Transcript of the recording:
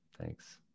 Thanks